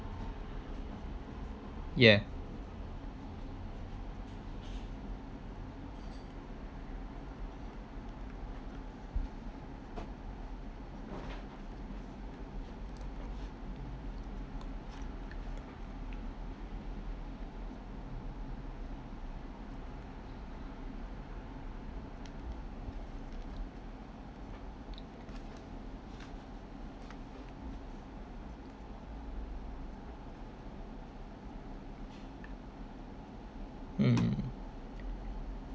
yeah mm